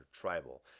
tribal